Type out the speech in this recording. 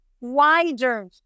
wider